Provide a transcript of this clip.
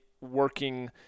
working